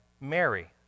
Mary